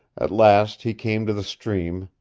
at last he came to the stream,